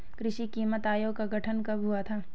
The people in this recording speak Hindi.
कृषि कीमत आयोग का गठन कब हुआ था?